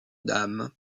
dames